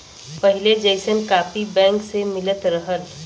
पहिले जइसन copy bank से मिलत रहल